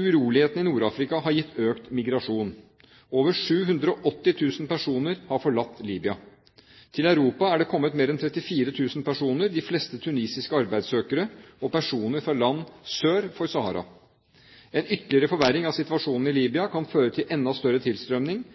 Urolighetene i Nord-Afrika har gitt økt migrasjon. Over 780 000 personer har forlatt Libya. Til Europa er det kommet mer enn 34 000 personer, de fleste tunisiske arbeidssøkere og personer fra land sør for Sahara. En ytterligere forverring av situasjonen i Libya kan føre til enda større tilstrømning,